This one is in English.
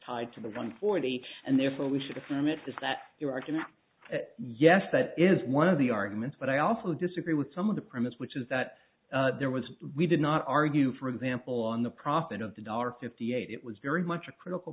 tied to the one forty and therefore we should affirm it is that your argument yes that is one of the arguments but i also disagree with some of the premise which is that there was we did not argue for example on the profit of the dollar fifty eight it was very much a critical